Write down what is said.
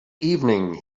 evening